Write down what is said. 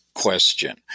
question